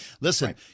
listen